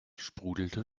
sprudelte